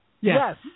Yes